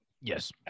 Yes